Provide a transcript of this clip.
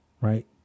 Right